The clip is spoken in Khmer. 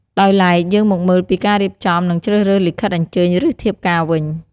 ដោយឡែកយើងមកមើលពីការរៀបចំ និង ជ្រើសរើសលិខិតអញ្ជើញ ឬ ធៀបការវិញ។